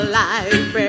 life